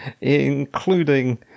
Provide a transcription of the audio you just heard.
including